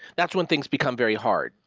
that's when things become very hard.